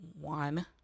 one